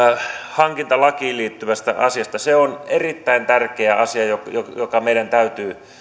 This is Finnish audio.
hankintalakiin liittyvästä asiasta se on erittäin tärkeä asia joka joka meidän täytyy